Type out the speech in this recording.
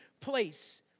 place